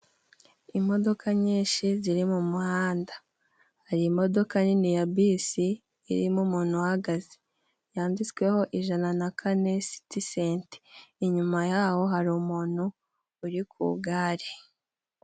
Imodoka nyishi ziri mu muhanda, hari imodoka nini ya bisi irimo umuntu uhagaze yanditsweho ijana na kane citicenti, inyuma yaho hari umuntu uri ku igare.